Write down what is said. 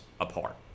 apart